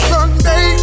Sunday